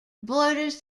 borders